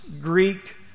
Greek